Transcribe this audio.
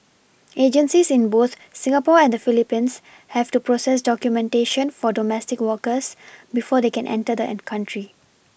agencies in both Singapore and the PhilipPines have to process documentation for domestic workers before they can enter the an country